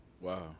wow